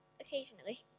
Occasionally